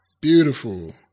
beautiful